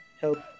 help